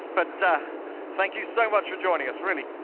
but ah thank you so much for joining us, really.